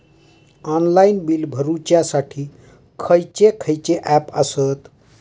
Online bill भरुच्यासाठी खयचे खयचे ऍप आसत?